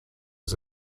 was